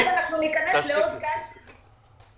ואז ניכנס לעוד גל של ביטולים.